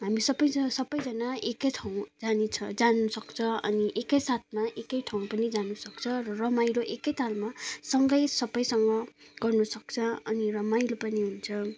हामी सबै ज सबैजना एकै ठाउँ जानेछ जानु सक्छ अनि एकैसाथमा एकैठाउँ पनि जानु सक्छ रमाइलो एकैतालमा सँगै सबैसँग गर्नु सक्छ अनि रमाइलो पनि हुन्छ